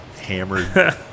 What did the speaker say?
hammered